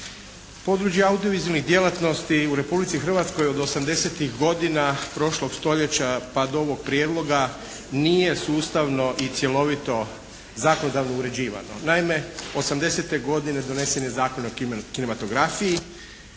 Područje audiovizualnih djelatnosti u Republici Hrvatskoj od osamdesetih godina prošlog stoljeća pa do ovog prijedloga nije sustavno i cjelovito zakonodavno uređivano. Naime, 80. godine donesen je Zakon o kinematografiji